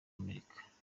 amerika